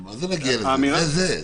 זה-זה.